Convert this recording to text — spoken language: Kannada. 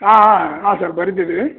ಹಾಂ ಹಾಂ ಹಾಂ ಸರ್ ಬರೀತೀವಿ